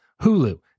Hulu